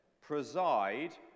preside